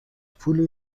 پولی